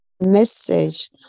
message